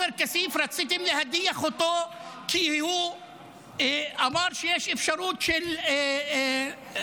רציתם להדיח את עופר כסיף כי הוא אמר שיש אפשרות של ג'נוסייד,